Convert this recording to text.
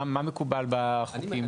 מה מקובל בחוקים